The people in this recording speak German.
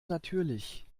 natürlich